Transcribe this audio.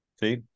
See